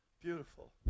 Beautiful